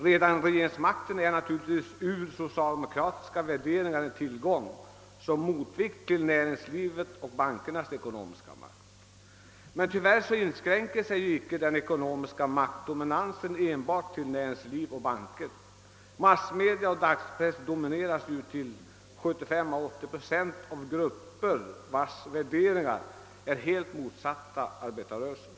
Redan regeringsmakten är naturligtvis från socialdemokratisk synpunkt en tillgång såsom motvikt till näringslivets och bankernas ekonomiska makt. Men tyvärr inskränker sig den ekonomiska maktdominansen icke enbart till näringsliv och banker. Massmedia i etern och dagspress domineras ju till 75—580 procent av grupper, vilkas värderingar är helt motsatta arbetarrörelsens.